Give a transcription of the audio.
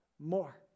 more